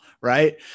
right